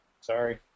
Sorry